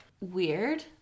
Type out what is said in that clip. weird